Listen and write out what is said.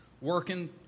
working